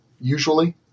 usually